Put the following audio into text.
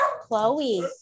Chloe